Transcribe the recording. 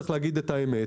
צריך להגיד את האמת.